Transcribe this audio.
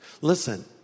Listen